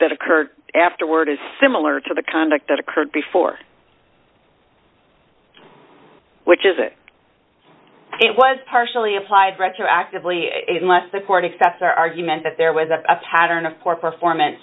that occurred afterward is similar to the conduct that occurred before which is it it was partially applied retroactively unless the court excess argument that there was a pattern of poor performance